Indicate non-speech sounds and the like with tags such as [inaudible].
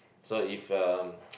so if uh [noise]